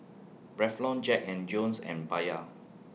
Revlon Jack and Jones and Bia